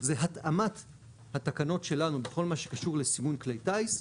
זה התאמת התקנות שלנו בכל מה שקשור לסימון כלי טייס,